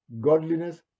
godliness